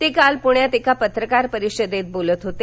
ते काल पुण्यात पत्रकार परिषदेत बोलत होते